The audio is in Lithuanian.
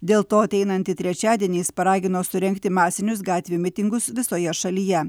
dėl to ateinantį trečiadienį jis paragino surengti masinius gatvių mitingus visoje šalyje